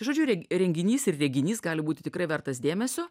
žodžiu renginys ir reginys gali būti tikrai vertas dėmesio